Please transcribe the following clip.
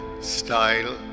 style